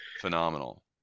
Phenomenal